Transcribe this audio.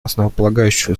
основополагающее